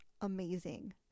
amazing